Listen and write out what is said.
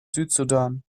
südsudan